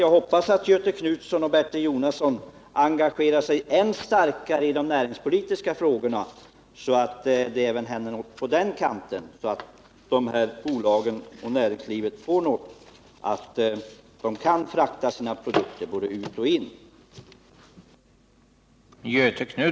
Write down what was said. Jag hoppas att Göthe Knutson och Bertil Jonasson nu i stället skall engagera sig än starkare i de näringspolitiska frågorna och därmed bidra till att något kan ske som underlättar möjligheterna för näringslivet att transportera sina produkter på fördelaktiga villkor.